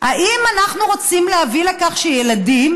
האם אנחנו רוצים להביא לכך שילדים